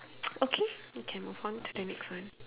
okay we can move on to the next one